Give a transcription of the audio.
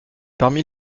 parmi